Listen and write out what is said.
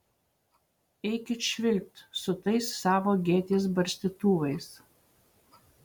eikit švilpt su tais savo gėtės barstytuvais